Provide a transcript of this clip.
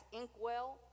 inkwell